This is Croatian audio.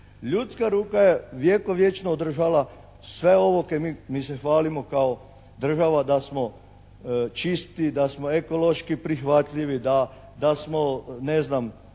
Ljudska ruka je vjekovječno održava sve ovo kaj, mi se hvalimo kao država da smo čisti, da smo ekološki prihvatljivi, da smo ne znam,